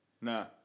no